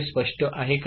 हे स्पष्ट आहे का